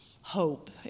hope